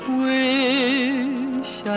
wish